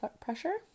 pressure